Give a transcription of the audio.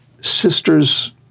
sister's